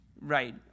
Right